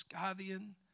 Scythian